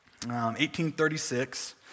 1836